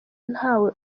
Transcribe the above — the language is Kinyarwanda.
ntawe